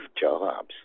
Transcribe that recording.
jobs